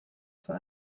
for